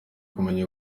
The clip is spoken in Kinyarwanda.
kumenya